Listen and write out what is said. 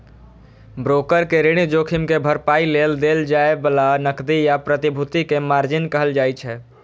broker कें ऋण जोखिम के भरपाइ लेल देल जाए बला नकदी या प्रतिभूति कें मार्जिन कहल जाइ छै